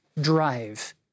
drive